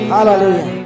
Hallelujah